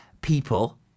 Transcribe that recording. people